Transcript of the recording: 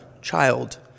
child